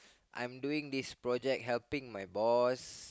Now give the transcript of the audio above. I'm doing this project helping my boss